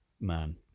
man